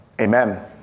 Amen